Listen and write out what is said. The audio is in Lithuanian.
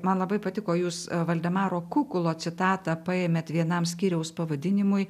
man labai patiko jus valdemaro kukulo citatą paėmėt vienam skyriaus pavadinimui